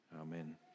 Amen